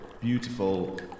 beautiful